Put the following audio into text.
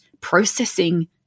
processing